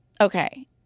Okay